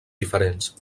diferents